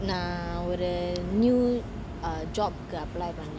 nah ஒரு:oru new uh job apply பண்ணன்:pannan